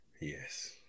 yes